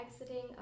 exiting